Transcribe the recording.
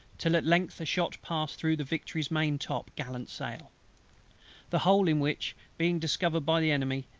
till at length a shot passed through the victory's main-top-gallant-sail the hole in which being discovered by the enemy,